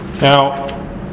Now